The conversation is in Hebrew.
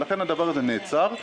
ולכן הדבר הזה נעצר.